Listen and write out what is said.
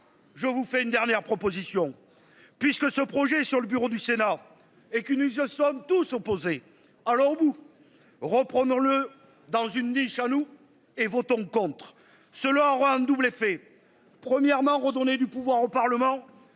Je vous fais une dernière proposition, puisque ce projet sur le bureau du Sénat et qu'une sommes tous opposés alors vous reprenant le dans une niche jaloux et votons contre selon un double effet, premièrement, redonner du pouvoir au parlement